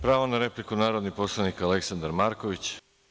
Pravo na repliku, narodni poslanik Aleksandar Marković.